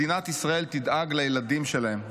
מדינת ישראל תדאג לילדים שלהם.